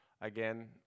again